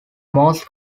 most